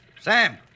Sam